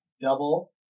double